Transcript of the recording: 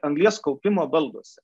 anglies kaupimo balduose